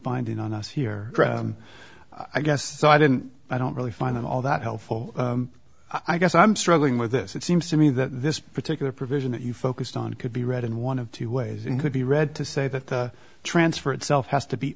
binding on us here i guess so i didn't i don't really find it all that helpful i guess i'm struggling with this it seems to me that this particular provision that you focused on could be read in one of two ways and could be read to say that the transfer itself has to be